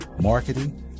marketing